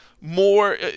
more –